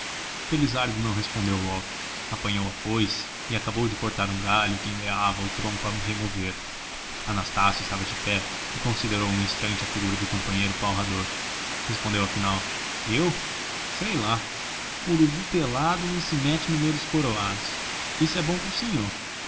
felizardo não respondeu logo apanhou a foice e acabou de cortar um galho que enleava o tronco a remover anastácio estava de pé e considerou um instante a figura do companheiro palrador respondeu afinal eu sei lá urubu pelado não se mete no meio dos coroados isso é bom pro sinhô